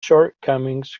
shortcomings